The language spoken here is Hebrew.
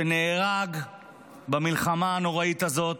שנהרג במלחמה הנוראית הזאת,